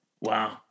Wow